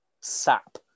Sap